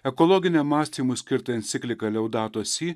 ekologiniam mąstymui skirtą encikliką liaudato si